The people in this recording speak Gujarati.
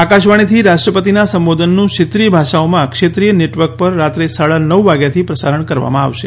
આકાશવાણીથી રાષ્ટ્રપતિના સંબોધનનું ક્ષેત્રીય ભાષાઓમાં ક્ષેત્રીય નેટવર્ક પર રાત્રે સાડા નવ વાગ્યાથી પ્રસારણ કરવામાં આવશે